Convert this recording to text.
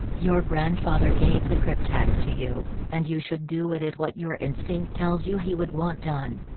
your grandfather gave the cryptex to you, and you should do with it what your instinct tells you he would want done.